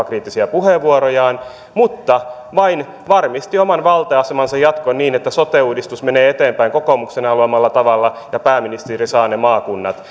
kriittisiä puheenvuorojaan mutta se vain varmisti oman valta asemansa jatkon niin että sote uudistus menee eteenpäin kokoomuksen haluamalla tavalla ja pääministeri saa ne maakunnat